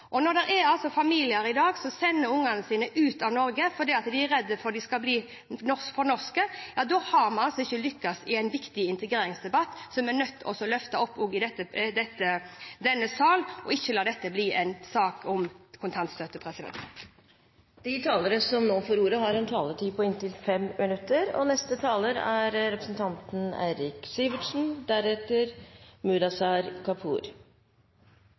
Når det er familier i dag som sender barna sine ut av Norge fordi de er redd for at de skal bli for norske, har vi ikke lyktes i en viktig integreringsdebatt, som vi er nødt til å løfte fram også i denne sal, og ikke la dette bli en sak om kontantstøtte. Jeg skjønner at statsråden ikke liker å snakke om kontantstøtte, for det er en